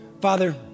Father